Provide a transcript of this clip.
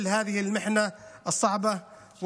נתגבר על כל הקשיים האלה,